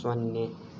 ಸೊನ್ನೆ